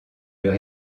leur